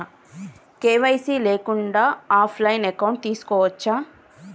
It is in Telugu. కే.వై.సీ లేకుండా కూడా ఆఫ్ లైన్ అకౌంట్ తీసుకోవచ్చా?